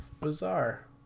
bizarre